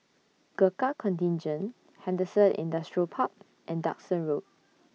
Gurkha Contingent Henderson Industrial Park and Duxton Road